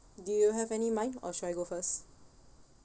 do you have any in mind or should I go first